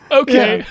okay